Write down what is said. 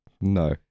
No